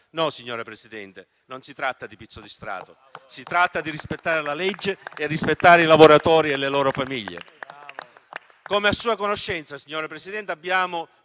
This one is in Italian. No, signora Presidente, non si tratta di pizzo di Stato. Si tratta di rispettare la legge e di rispettare i lavoratori e le loro famiglie. Come a sua conoscenza, signora Presidente, abbiamo